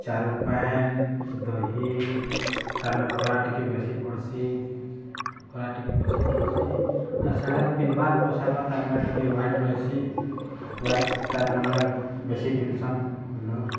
ଚାରୁ ପାଏନ୍ ଦହି ତାର୍ ମାନେ ଖରା ଟିକେ ବେଶୀ ପଡ଼୍ସି ଖରା ଟିକେ ବେଶୀ ପଡ଼୍ସି ଆର୍ ସିଆଡେ଼ ପିନ୍ଧବାର୍ ପୋଷାକ୍ ତାର୍ ମାନେ ଟିକେ ହ୍ୱାଇଟ୍ ରହେସି ହ୍ୱାଇଟ୍ଟା ତାର୍ ମାନେ ବେଶୀ ପିନ୍ଧସନ୍ ଲୋକ୍